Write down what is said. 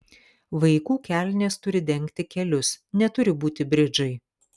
vaikų kelnės turi dengti kelius neturi būti bridžai